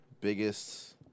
biggest